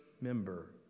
member